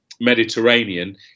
Mediterranean